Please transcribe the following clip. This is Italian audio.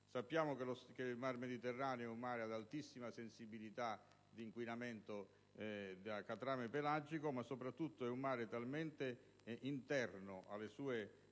rivieraschi. Il Mediterraneo è un mare ad altissima sensibilità di inquinamento da catrame pelagico, ma soprattutto è un mare talmente interno alle sue